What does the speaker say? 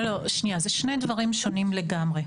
לא, לא, שנייה, זה שני דברים שונים לגמרי.